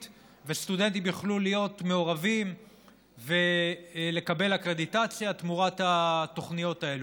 וסטודנטים יוכלו להיות מעורבים ולקבל אקרדיטציה תמורת התוכניות האלה.